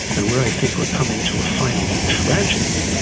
and where i think we're coming to a final tragedy,